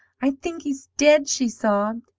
i think he's dead she sobbed.